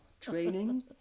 training